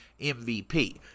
MVP